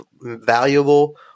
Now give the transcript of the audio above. valuable